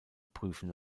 prüfen